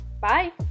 Bye